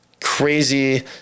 crazy